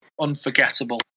unforgettable